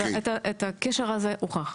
הקשר הזה הוכח.